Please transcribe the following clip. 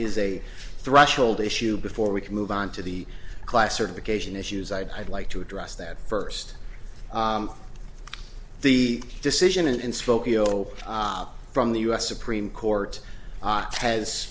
is a threshold issue before we can move on to the class certification issues i'd like to address that first the decision in spokeo from the us supreme court has has